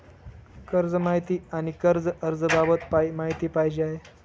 कर्ज माहिती आणि कर्ज अर्ज बाबत माहिती पाहिजे आहे